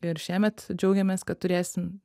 ir šiemet džiaugiamės kad turėsim